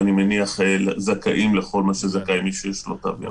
ויהיו זכאים לכל מה שזכאי מי שיש לו תו ירוק.